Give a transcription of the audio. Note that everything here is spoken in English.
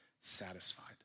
satisfied